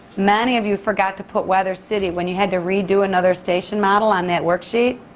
many of you forgot to put weather city when you had to redo another station model on that worksheet.